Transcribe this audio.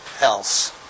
else